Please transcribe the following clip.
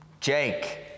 Jake